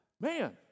Man